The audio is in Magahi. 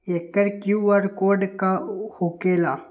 एकर कियु.आर कोड का होकेला?